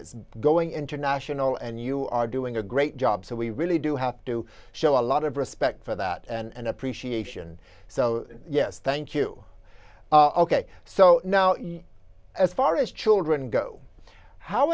it's going international and you are doing a great job so we really do have to show a lot of respect for that and appreciation so yes thank you ok so now as far as children go how